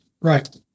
Right